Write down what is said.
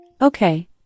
okay